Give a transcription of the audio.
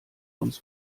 uns